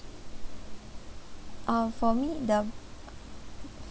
uh for me the